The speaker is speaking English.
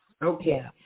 Okay